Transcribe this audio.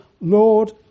Lord